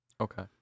Okay